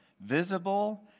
visible